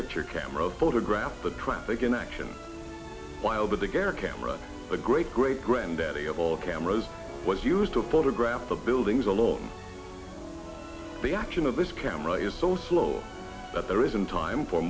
picture camera photograph the traffic in action while but the care camera the great great granddaddy of all cameras was used to photograph the buildings all the action of this camera is so slow that there isn't time for